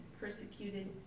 persecuted